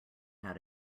how